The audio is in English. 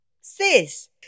Sis